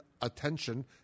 attention